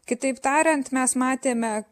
kitaip tariant mes matėme